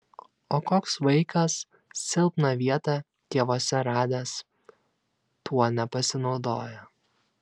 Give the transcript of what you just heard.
o koks vaikas silpną vietą tėvuose radęs tuo nepasinaudoja